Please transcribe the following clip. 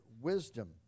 wisdom